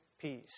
peace